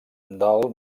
del